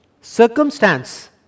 Circumstance